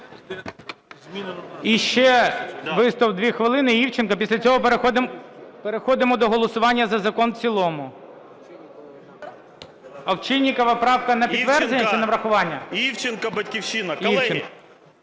І ще виступ дві хвилин, Івченко. Після цього переходимо до голосування за закон в цілому. Овчинникова, правка на підтвердження чи на врахування? Івченко. 13:25:04 ІВЧЕНКО